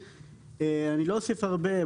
לא אוסיף הרבה.